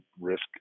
risk